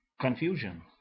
confusion